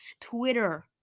Twitter